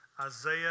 Isaiah